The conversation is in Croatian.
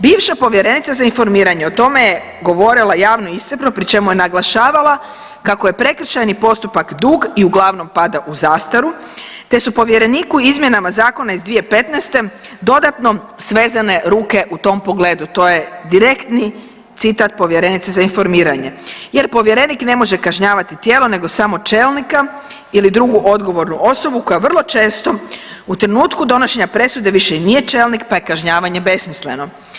Bivša povjerenica za informiranje o tome je govorila javno i iscrpno pri čemu je naglašavala kako je prekršajni postupak dug i uglavnom pada u zastaru, te su povjereniku izmjenama zakona iz 2015. dodatno svezane ruke u tom pogledu, to je direktni citat povjerenice za informiranje jer povjerenik ne može kažnjavati tijelo nego samo čelnika ili drugu odgovornu osobu koja vrlo često u trenutku donošenja presude više i nije čelnik, pa je kažnjavanje besmisleno.